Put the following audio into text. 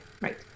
Right